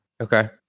Okay